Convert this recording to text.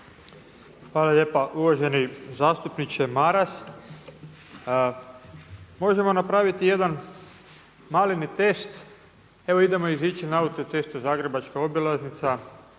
Hvala lijepa. Uvaženi zastupniče Maras, možemo napraviti jedan maleni test, evo idemo izići na autocestu zagrebačka obilaznica